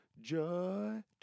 Joy